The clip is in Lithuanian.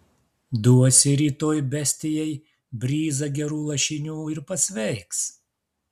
duosi rytoj bestijai bryzą gerų lašinių ir pasveiks